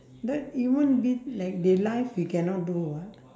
but human being like they life we cannot do [what]